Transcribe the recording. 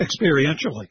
experientially